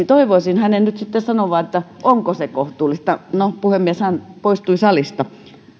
toivoisin hänen nyt sitten sanovan onko se kohtuullista no puhemies hän poistui salista